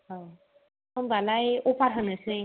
होमबालाय अफार होनोसै